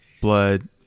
Blood